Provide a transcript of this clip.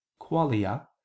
qualia